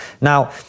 Now